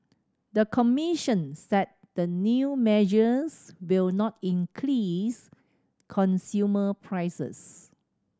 the commission said the new measures will not increase consumer prices